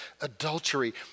Adultery